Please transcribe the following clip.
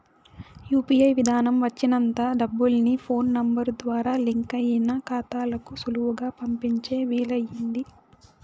UPI విదానం వచ్చినంత డబ్బుల్ని ఫోన్ నెంబరు ద్వారా లింకయిన కాతాలకు సులువుగా పంపించే వీలయింది